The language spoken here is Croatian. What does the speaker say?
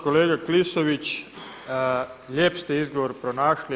Kolega Klisović lijep ste izbor pronašli.